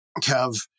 kev